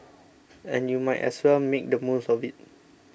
and you might as well make the most of it